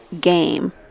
game